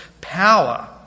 power